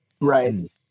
Right